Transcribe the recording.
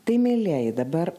tai mielieji dabar